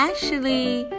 Ashley